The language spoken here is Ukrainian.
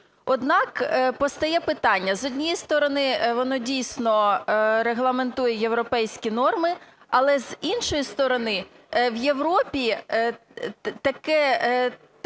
Однак, постає питання. З однієї сторони воно дійсно регламентує європейські норми, але з іншої сторони в Європі такий